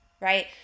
right